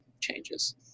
changes